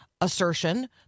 assertion